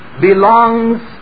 belongs